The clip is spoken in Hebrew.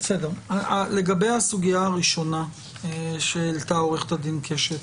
לגבי הסוגיה הראשונה שהעלתה עו"ד קשת,